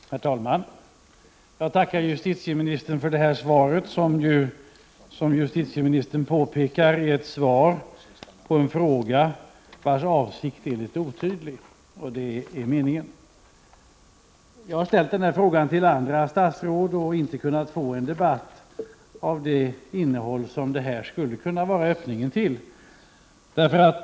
Herr talman! Jag tackar justitieministern för detta svar. Som justitieministern påpekar är frågornas avsikt otydlig, och det är meningen. Jag har ställt dessa frågor till andra statsråd och inte kunnat få till stånd en debatt av det innehåll som frågorna skulle kunna vara öppningen till.